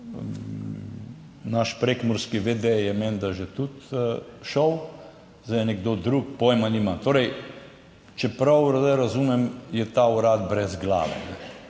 Naš prekmurski v. d. je menda že tudi šel, zdaj je nekdo drug, pojma nimam. Torej, če prav zdaj razumem, je ta urad brez glave.